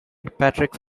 patrick